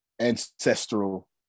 ancestral